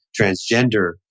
transgender